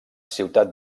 ciutat